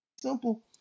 simple